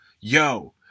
yo